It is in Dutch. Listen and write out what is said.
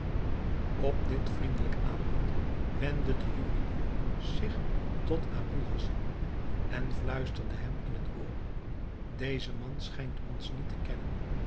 op dit vriendelijk aanbod wendde de juwelier zich tot aboul hassan en fluisterde hem in het oor deze man schijnt ons niet te kennen